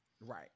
Right